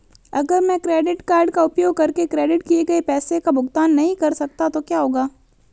अगर मैं credit card का उपयोग करके क्रेडिट किए गए पैसे का भुगतान नहीं कर सकता तो क्या होगा?